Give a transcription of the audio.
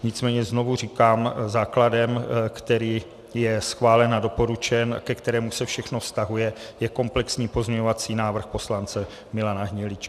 Nicméně znovu říkám, základem, který je schválen a doporučen, ke kterému se všechno vztahuje, je komplexní pozměňovací návrh poslance Milana Hniličky.